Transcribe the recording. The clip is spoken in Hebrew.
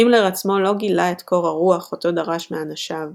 הימלר עצמו לא גילה את קור הרוח אותו דרש מאנשיו,